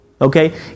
Okay